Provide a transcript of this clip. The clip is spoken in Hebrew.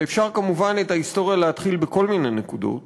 ואפשר כמובן את ההיסטוריה להתחיל בכל מיני נקודות,